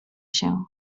się